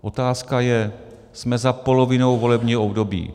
Otázka je jsme za polovinou volebního období.